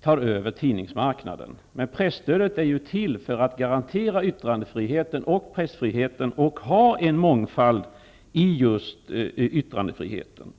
tar över tidningsmarknaden. Men presstödet är ju till för att garantera yttrandefriheten och pressfriheten och för att det skall finnas en mångfald i fråga om just yttrandefriheten.